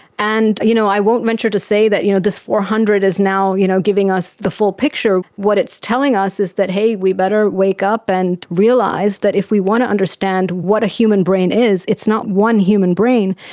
and you know i won't venture to say that you know this four hundred is now you know giving us the full picture, what it's telling us is that, hey, we better wake up and realise that if we want to understand what a human brain is, it's not one human brain,